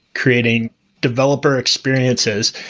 creating developer experiences.